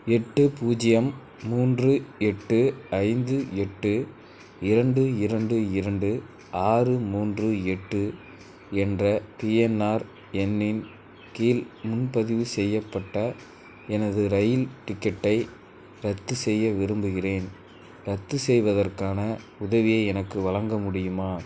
எட்டு பூஜ்ஜியம் மூன்று எட்டு ஐந்து எட்டு இரண்டு இரண்டு இரண்டு ஆறு மூன்று எட்டு என்ற பிஎன்ஆர் எண்ணின் கீழ் முன்பதிவு செய்யப்பட்ட எனது ரயில் டிக்கெட்டை ரத்து செய்ய விரும்புகிறேன் ரத்து செய்வதற்கான உதவியை எனக்கு வழங்க முடியுமா